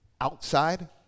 outside